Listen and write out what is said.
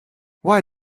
why